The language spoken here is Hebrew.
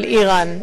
על איראן,